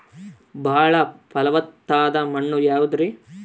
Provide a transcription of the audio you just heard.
ಬಾಳ ಫಲವತ್ತಾದ ಮಣ್ಣು ಯಾವುದರಿ?